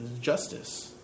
justice